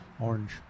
orange